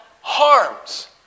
harms